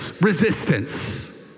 resistance